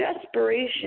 desperation